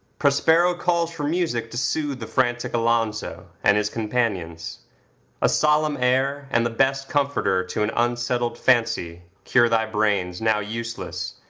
prospero calls for music to soothe the frantic alonzo, and his companions a solemn air, and the best comforter to an unsettled fancy, cure thy brains now useless,